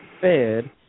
fed